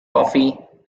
coffee